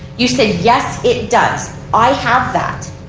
you said yes it does. i have that.